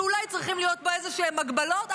אולי צריכים להיות בו איזשהן הגבלות?